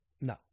No